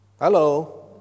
Hello